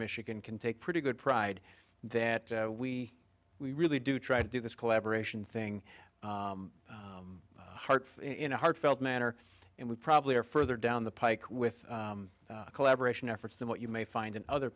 michigan can take pretty good pride that we we really do try to do this collaboration thing hard in a heartfelt manner and we probably are further down the pike with collaboration efforts than what you may find in other